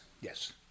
yes